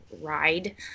ride